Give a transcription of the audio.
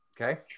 Okay